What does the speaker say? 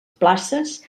places